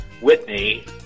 Whitney